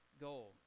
goal